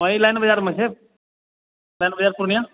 एहि लाइन बाजार मे छै लाइन बाजार पूर्णिया